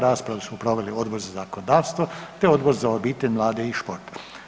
Raspravu su proveli Odbor za zakonodavstvo te Odbor za obitelj, mlade i šport.